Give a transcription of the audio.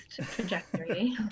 trajectory